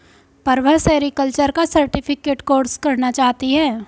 Prabha sericulture का certificate course करना चाहती है